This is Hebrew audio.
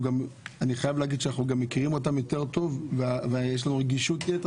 אני חייב להגיד שאנחנו גם מכירים אותם יותר טוב ויש לנו רגישות יתר,